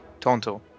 Tonto